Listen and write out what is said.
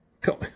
Come